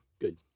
Good